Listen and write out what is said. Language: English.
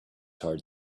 heart